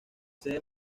sede